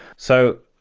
so,